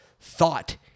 thought